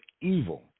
evil